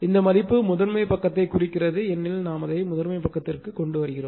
இந்த மதிப்பு முதன்மை பக்கத்தைக் குறிக்கிறது ஏனெனில் நாம் அதை முதன்மை பக்கத்திற்கு கொண்டு வந்தோம்